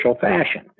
fashion